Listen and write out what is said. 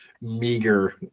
meager